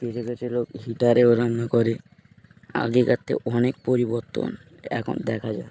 কিছু কিছু লোক হিটারেও রান্না করে আগেকার থে অনেক পরিবর্তন এখন দেখা যায়